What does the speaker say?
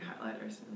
highlighters